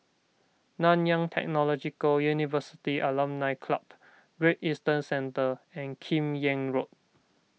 Nanyang Technological University Alumni Club Great Eastern Centre and Kim Yam Road